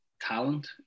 talent